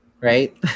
Right